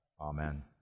Amen